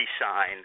sign